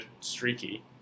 streaky